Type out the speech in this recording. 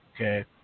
Okay